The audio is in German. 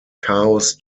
chaos